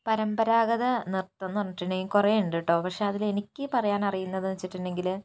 പരമ്പരാഗത നൃത്തം എന്നു പറഞ്ഞിട്ടുണ്ടെങ്കിൽ കുറെ ഉണ്ട് കേട്ടോ പക്ഷേ അതിൽ എനിക്ക് പറയാൻ അറിയുന്നത് എന്നു വച്ചിട്ടുണ്ടെങ്കിൽ